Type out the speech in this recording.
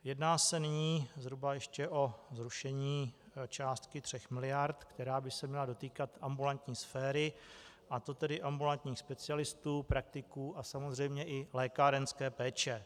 Jedná se nyní zhruba ještě o zrušení částky 3 miliard, která by se měla dotýkat ambulantní sféry, a to tedy ambulantních specialistů, praktiků a samozřejmě i lékárenské péče.